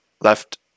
left